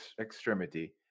extremity